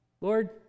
Lord